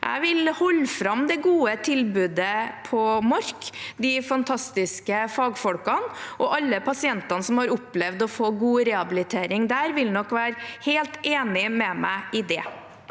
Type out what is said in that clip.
Jeg vil holde fram det gode tilbudet på Mork og de fantastiske fagfolkene. Og alle pasientene som har opplevd å få god rehabilitering der, vil nok være helt enig med meg i det.